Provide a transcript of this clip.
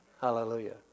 Hallelujah